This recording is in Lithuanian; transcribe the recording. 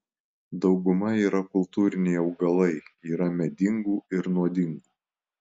dauguma yra kultūriniai augalai yra medingų ir nuodingų